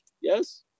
Yes